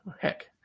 heck